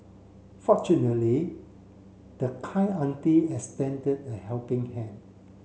fortunately the kind auntie extended a helping hand